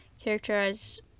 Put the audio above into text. characterized